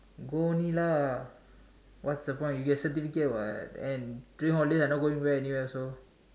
go only lah what's the point you get certificate what and June holidays I not going where anywhere so